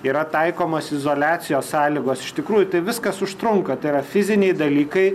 yra taikomos izoliacijos sąlygos iš tikrųjų tai viskas užtrunka tai yra fiziniai dalykai